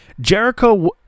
Jericho